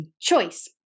choice